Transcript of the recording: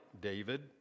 David